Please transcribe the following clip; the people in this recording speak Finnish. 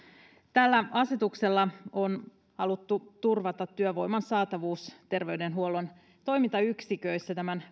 tällä asetuksella on haluttu turvata työvoiman saatavuus terveydenhuollon toimintayksiköissä tämän